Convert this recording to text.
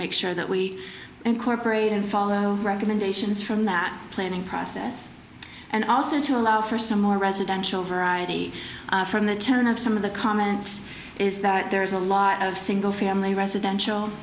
make sure that we incorporate and follow recommendations from that planning process and also to allow for some more residential variety from the turn of some of the comments is that there is a lot of single family residential